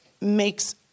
makes